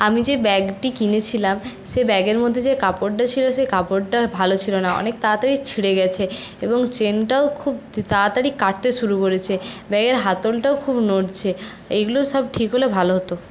আমি যে ব্যাগটি কিনেছিলাম সেই ব্যাগের মধ্যে যেই কাপড়টা ছিল সেই কাপড়টা ভালো ছিল না অনেক তাড়াতাড়ি ছিঁড়ে গেছে এবং চেনটাও খুব তাড়াতাড়ি কাটতে শুরু করেছে ব্যাগের হাতলটাও খুব নড়ছে এইগুলো সব ঠিক হলে ভালো হত